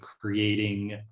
creating